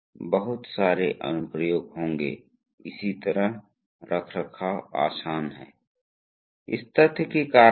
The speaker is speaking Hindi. तो राहत स्तर को प्रोग्राम किया जा सकता है इसलिए पायलट संचालित रीडिंग वाल्व का उपयोग करके ऐसी चीजें की जा सकती हैं